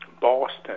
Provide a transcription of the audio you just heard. Boston